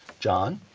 john?